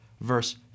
Verse